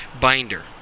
binder